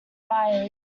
buyers